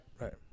right